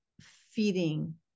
feeding